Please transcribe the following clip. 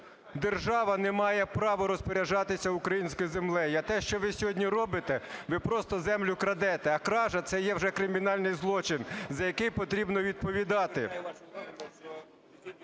держава не має права розпоряджатися українською землею. А те, що ви сьогодні робите, ви просто землю крадете. А кража – це вже є кримінальний злочин, за який потрібно відповідати.